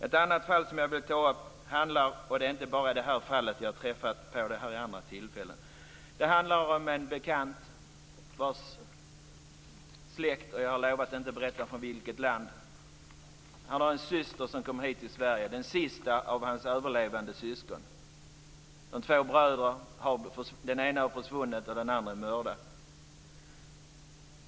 Ett annat fall handlar om en bekant - jag har lovat att inte berätta från vilket land - vars syster kom hit till Sverige, och hon är den sista av hans överlevande syskon. En bror har försvunnit, och den andre brodern är mördad.